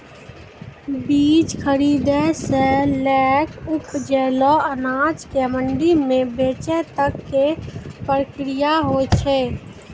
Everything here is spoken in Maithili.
बीज खरीदै सॅ लैक उपजलो अनाज कॅ मंडी म बेचै तक के प्रक्रिया हौय छै